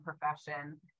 profession